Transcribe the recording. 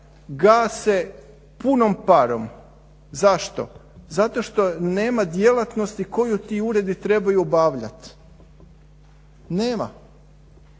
gase punom parom. Zašto? Zato što nema djelatnosti koju ti uredi trebaju obavljati, nema.